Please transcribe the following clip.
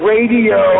Radio